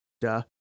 duh